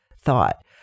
thought